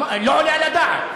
לא עולה על הדעת.